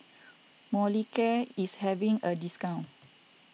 Molicare is having a discount